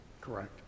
Correct